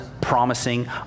promising